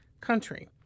country